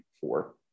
four